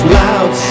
loud